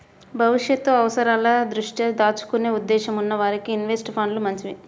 భవిష్యత్తు అవసరాల దృష్ట్యా దాచుకునే ఉద్దేశ్యం ఉన్న వారికి ఇన్వెస్ట్ ఫండ్లు మంచివి